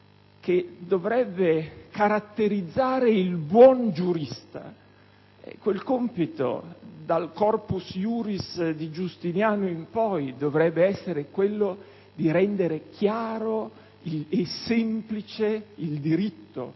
che dovrebbe caratterizzare il buon giurista, quel compito dal «Corpus iuris» di Giustiniano in poi dovrebbe essere quello di rendere il più possibile